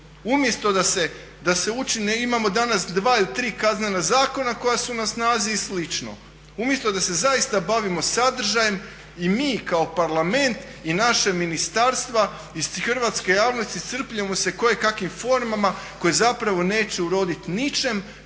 umjesto da se učine. Imamo danas dva ili tri Kaznena zakona koja su na snazi i slično. Umjesto da se zaista bavimo sadržajem i mi kao parlament i našeg ministarstva iz hrvatske javnosti iscrpljujemo se koje kakvim formama koje zapravo neće uroditi ničem